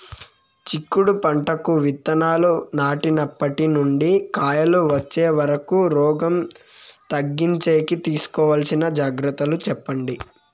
చిక్కుడు పంటకు విత్తనాలు నాటినప్పటి నుండి కాయలు వచ్చే వరకు రోగం తగ్గించేకి తీసుకోవాల్సిన జాగ్రత్తలు చెప్పండి?